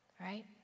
right